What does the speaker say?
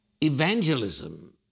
Evangelism